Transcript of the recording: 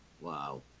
Wow